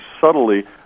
subtly